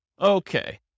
Okay